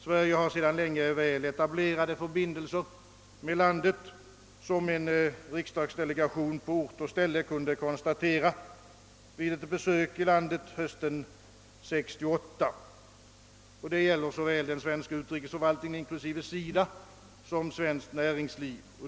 Sverige har sedan länge väl etablerade förbindelser med landet, såsom en riksdagsdelegation kunde konstatera vid ett besök på ort och ställe hösten 1968. Det gäller såväl den svenska utrikesförvaltningen, inklusive SIDA, som svenskt näringsliv.